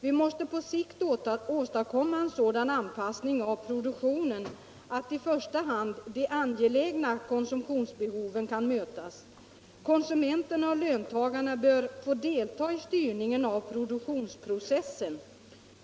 Vi måste på sikt åstadkomma en sådan anpassning av produktionen att i första hand de angelägna konsumtionsbehoven kan mötas. Konsumenterna och löntagarna bör få delta i styrningen av produktionsprocessen.